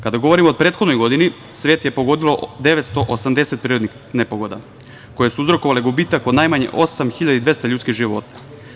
Kada govorimo o prethodnoj godini svet je pogodilo 980 prirodnih nepogoda koje su uzrokovale gubitak od najmanje 8.200 ljudskih života.